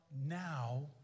Now